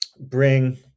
bring